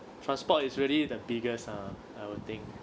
transport is really the biggest ah I would think